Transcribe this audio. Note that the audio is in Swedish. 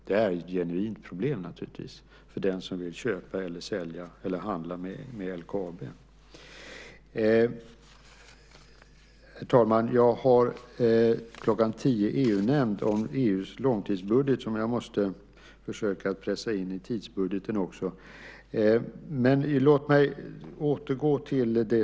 Det är ett genuint problem för den som vill köpa, sälja eller handla med LKAB. Herr talman! Klockan tio har jag ett EU-nämndssammanträde om EU:s långtidsbudget som jag måste försöka pressa in i tidsbudgeten också. Tack för det, herr talman!